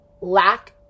lack